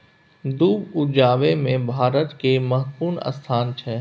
दूध उपजाबै मे भारत केर महत्वपूर्ण स्थान छै